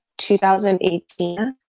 2018